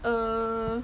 err